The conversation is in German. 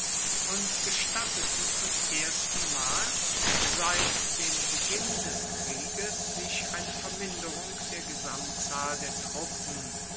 und gestatteten zum erstenmal seit dem beginn des krieges sich eine verminderung der gesamtzahl der truppen